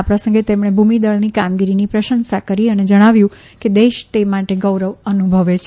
આ પ્રસંગે તેમણે ભૂમિદળની કામગીરીની પ્રશંસા કરી અને જણાવ્યું કે દેશ તે માટે ગૌરવ અનુભવે છે